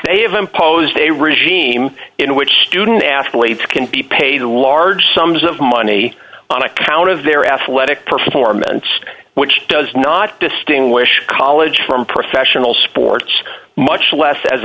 have imposed a regime in which student athletes can be paid a large sums of money on account of their athletic performance which does not distinguish college from professional sports much less as